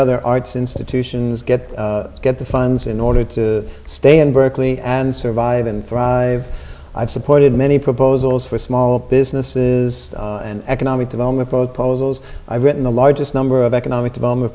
other arts institutions get get the funds in order to stay in berkeley and survive and thrive i've supported many proposals for small businesses and economic development both pose i've written the largest number of economic development